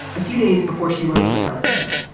a few days before she wrote to the president,